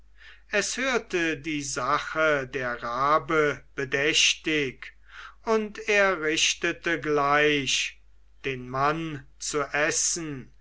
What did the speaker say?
es hörte die sache der rabe bedächtig und er richtete gleich den mann zu essen